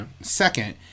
Second